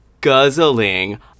guzzling